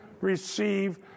receive